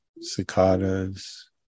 cicadas